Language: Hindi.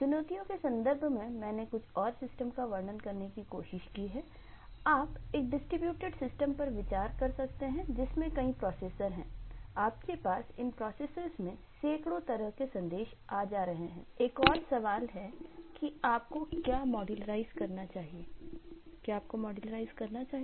चुनौतियों के संदर्भ में मैंने कुछ और सिस्टम करना चाहिए